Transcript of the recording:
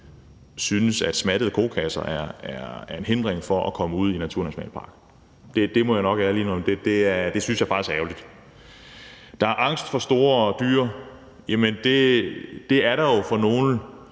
synes, at smattede kokasser er en hindring for at komme ud i naturnationalparkerne – det må jeg ærligt indrømme at jeg faktisk synes er ærgerligt. Der er angst for store dyr – jamen det er der jo hos nogle